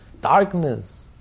darkness